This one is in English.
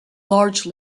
large